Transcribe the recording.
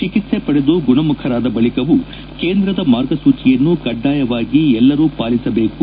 ಚಿಕಿತ್ವೆ ಪಡೆದು ಗುಣಮುಖರಾದ ಬಳಿಕವೂ ಕೇಂದ್ರದ ಮಾರ್ಗಸೂಚೆಯನ್ನು ಕಡ್ಡಾಯವಾಗಿ ಎಲ್ಲರೂ ಪಾಲಿಸಬೇಕು